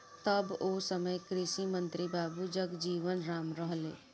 तब ओ समय कृषि मंत्री बाबू जगजीवन राम रहलें